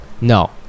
No